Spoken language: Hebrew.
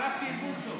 התחלפתי עם בוסו.